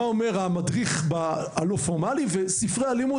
מה אומר המדריך בחינוך הלא פורמלי וספרי הלימוד